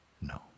No